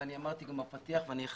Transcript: ואני אמרתי גם בפתיח ואני אחדד,